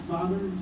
Father